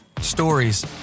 Stories